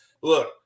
look